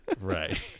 Right